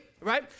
right